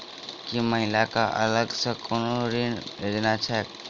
की महिला कऽ अलग सँ कोनो ऋण योजना छैक?